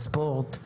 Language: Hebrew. בספורט.